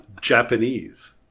Japanese